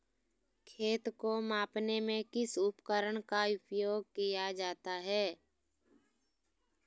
खेत को मापने में किस उपकरण का उपयोग किया जाता है?